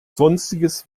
sonstiges